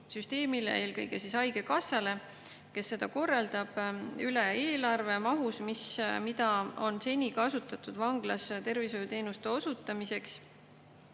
meditsiinisüsteemile, eelkõige haigekassale, kes seda korraldab, üle eelarve mahus, mida on seni kasutatud vanglas tervishoiuteenuste osutamiseks.